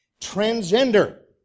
Transgender